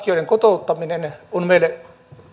tulleiden turvapaikanhakijoiden kotouttaminen on meille